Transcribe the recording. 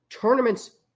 Tournaments